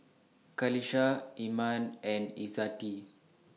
Qalisha Iman and Izzati